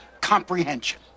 comprehension